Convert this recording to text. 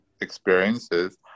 experiences